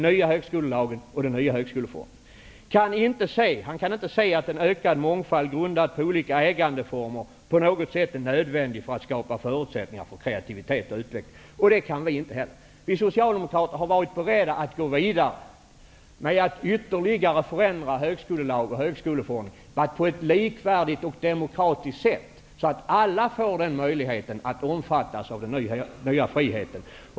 Jag kan inte se att en ökad mångfald grundad på olika ägandeformer på något sätt är nödvändig för att skapa förutsättningar för kreativitet och utveckling. -- Det kan inte vi heller. Vi socialdemokrater har varit beredda att gå vidare med att ytterligare förändra högskolelagen och högskoleförordningen, men på ett likvärdigt och demokratiskt sätt, så att alla får möjlighet att omfattas av den nya friheten.